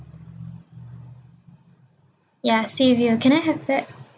ya sea view can I have that